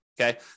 okay